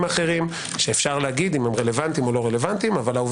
אחרים שאפשר לומר אם רלוונטיים או לא אבל העובדה